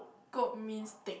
kope means take